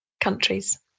countries